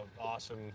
awesome